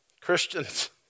Christians